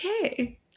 Okay